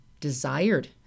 desired